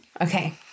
Okay